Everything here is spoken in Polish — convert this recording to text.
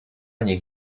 niech